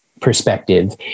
perspective